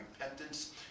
repentance